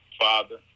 Father